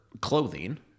clothing